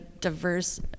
diverse